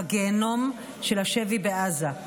בגיהינום של השבי בעזה.